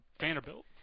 Vanderbilt